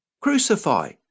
Crucify